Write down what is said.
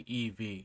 EV